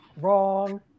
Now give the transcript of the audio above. wrong